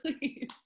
please